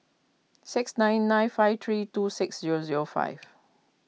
six nine nine five three two six zero zero five